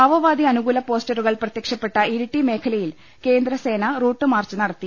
മാവോവാദി അനുകൂല പോസ്റ്ററുകൾ പ്രത്യക്ഷപ്പെട്ട ഇരിട്ടി മേഖലയിൽ കേന്ദ്രസേന റൂട്ട്മാർച്ച് നടത്തി